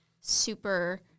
super